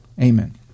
Amen